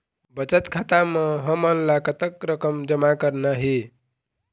बचत खाता म हमन ला कतक रकम जमा करना हे?